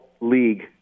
league